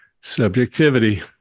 Subjectivity